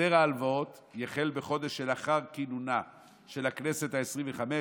החזר ההלוואות יחל בחודש שלאחר כינונה של הכנסת העשרים-וחמש